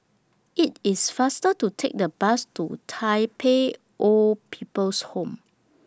IT IS faster to Take The Bus to Tai Pei Old People's Home